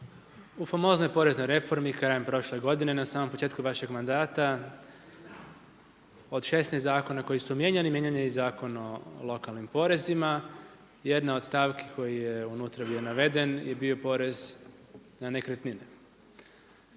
U famoznoj poreznoj reformi krajem prošle godine na samom početku vašeg mandata od 16 zakona koji su mijenjani, mijenjan je i Zakon o lokalnim porezima. Jedna od stavki koja je unutra bio naveden, je bio porez na nekretnine.